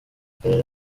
karere